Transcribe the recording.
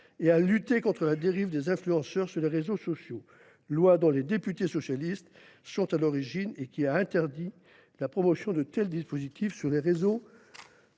et à lutter contre les dérives des influenceurs sur les réseaux sociaux, texte dont les députés socialistes sont à l’origine et qui a interdit la promotion de tels dispositifs sur les réseaux sociaux.